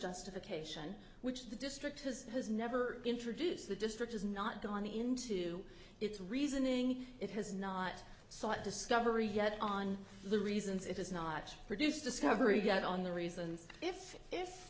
justification which the district has has never introduced the district has not gone into its reasoning it has not sought discovery yet on the reasons it is not produced discovery get on the reasons if if